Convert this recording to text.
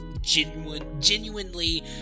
genuinely